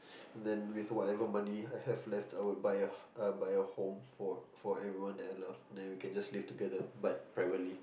then with whatever money I have left I will buy a a home for for everyone that I love then we can just live together but privately